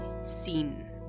seen